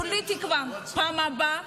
כולי תקווה שבפעם הבאה,